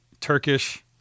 Turkish